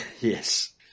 Yes